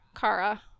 Kara